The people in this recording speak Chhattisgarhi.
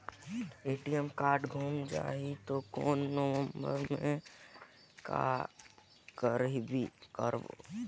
ए.टी.एम कारड गुम जाही त कौन नम्बर मे करव?